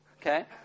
Okay